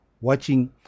watching